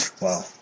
Wow